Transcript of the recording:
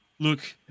Look